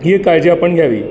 ही काळजी आपण घ्यावी